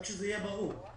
רק שזה יהיה ברור.